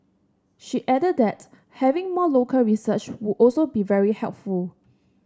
she added that having more local research would also be very helpful